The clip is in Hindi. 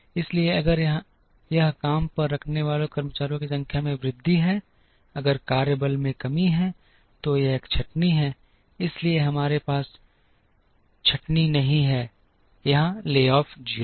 इसलिए अगर यह काम पर रखने वाले कर्मचारियों की संख्या में वृद्धि है अगर कार्यबल में कमी है तो यह एक छंटनी है इसलिए हमारे पास छंटनी नहीं है यहां छंटनी 0 है